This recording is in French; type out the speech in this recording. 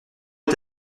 est